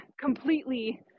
completely